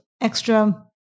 extra